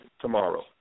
tomorrow